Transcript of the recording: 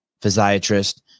physiatrist